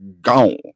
gone